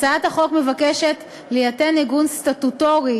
הצעת החוק מבקשת ליתן עיגון סטטוטורי